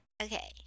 okay